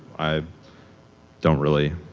i don't really.